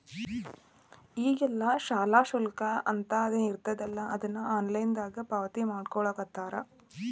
ಈಗೆಲ್ಲಾ ಶಾಲಾ ಶುಲ್ಕ ಅಂತೇನಿರ್ತದಲಾ ಅದನ್ನ ಆನ್ಲೈನ್ ದಾಗ ಪಾವತಿಮಾಡ್ಕೊಳ್ಳಿಖತ್ತಾರ